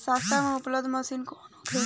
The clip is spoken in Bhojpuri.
सस्ता में उपलब्ध मशीन कौन होखे?